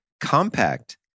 compact